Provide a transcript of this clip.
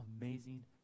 amazing